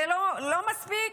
זה לא מספיק?